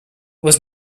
was